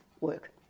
work